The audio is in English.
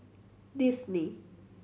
Disney